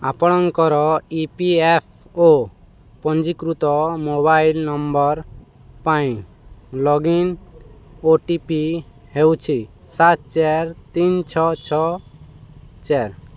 ଆପଣଙ୍କର E P F ଓ ପଞ୍ଜୀକୃତ ମୋବାଇଲ୍ ନମ୍ବର୍ ପାଇଁ ଲଗଇନ୍ ଓ ଟି ପି ହେଉଛି ସାତ ଚାରି ତିନି ଛଅ ଛଅ ଚାରି